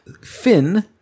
Finn